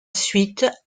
suite